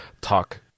talk